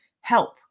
Help